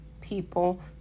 people